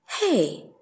Hey